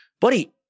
buddy